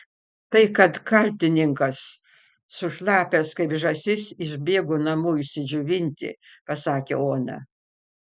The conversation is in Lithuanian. tai kad kaltininkas sušlapęs kaip žąsis išbėgo namo išsidžiovinti pasakė ona